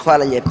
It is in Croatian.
Hvala lijepo.